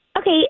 Okay